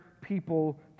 people